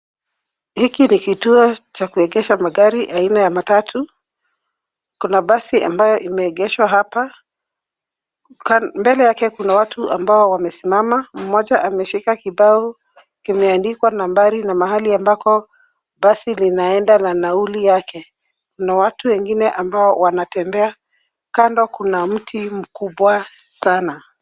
Hiki ni kituo cha kuegesha magari aina ya matatu. Kuna basi ambayo imeegeshwa hapa. Mbele yake kuna watu ambao wamesimama. Mmoja ameshika kibao kimeandikwa nambari na mahali ambako basi linaenda na nauli yake. Kuna watu wengine ambao wanatembea. Kando kuna mti mkubwa sana.